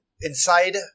inside